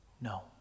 no